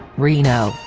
reno,